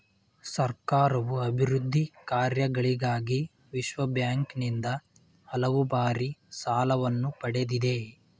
ಸರ್ಕಾರವು ಅಭಿವೃದ್ಧಿ ಕಾರ್ಯಗಳಿಗಾಗಿ ವಿಶ್ವಬ್ಯಾಂಕಿನಿಂದ ಹಲವು ಬಾರಿ ಸಾಲವನ್ನು ಪಡೆದಿದೆ